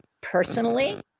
personally